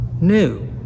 New